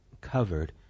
covered